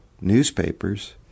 newspapers